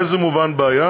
באיזה מובן בעיה?